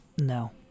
No